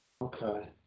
Okay